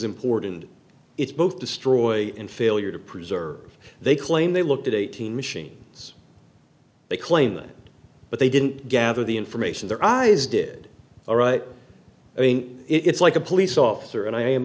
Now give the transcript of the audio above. important it's both destroy and failure to preserve they claim they looked at eight hundred machines they claim that but they didn't gather the information their eyes did all right i mean it's like a police officer and i am